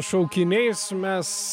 šaukiniais mes